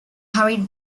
hurried